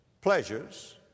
pleasures